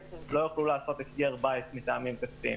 לא יוכלו לבצע הסגר בית מטעמים כספיים.